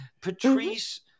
Patrice